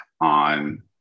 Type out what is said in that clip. on